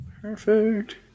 Perfect